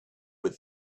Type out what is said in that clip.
with